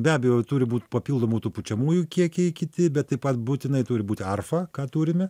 be abejo turi būt papildomų tų pučiamųjų kiekiai kiti bet taip pat būtinai turi būti arfa ką turime